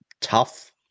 tough